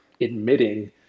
admitting